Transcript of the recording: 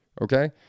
Okay